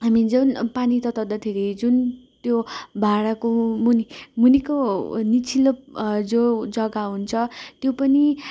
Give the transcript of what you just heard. हामी जुन पानी तताउँदाखेरि जुन त्यो भाँडाको मुनि मुनिको निचिलो जो जग्गा हुन्छ त्यो पनि